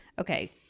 Okay